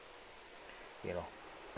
ya loh